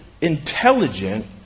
intelligent